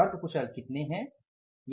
अर्ध कुशल कितने हैं